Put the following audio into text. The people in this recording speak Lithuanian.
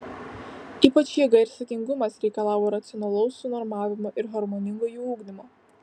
ypač jėga ir saikingumas reikalavo racionalaus sunormavimo ir harmoningo jų ugdymo